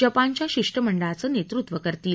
जपानच्या शिष्टमंडळाचं नेतृत्व करतील